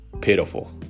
pitiful